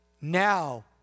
now